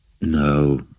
no